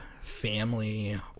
family